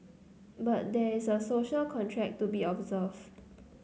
but there is a social contract to be observed